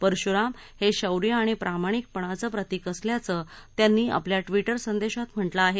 परशुराम हे शौर्य आणि प्रामाणिकपणाचं प्रतिक असल्याचं त्यांनी आपल्या ट्विटर संदेशात म्हटलं आहे